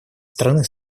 страны